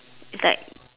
it's like